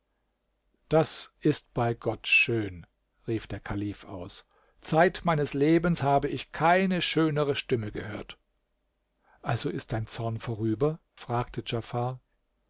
das ist bei gott schön rief der kalif aus zeit meines lebens habe ich keine schönere stimme gehört also ist dein zorn vorüber fragte djafar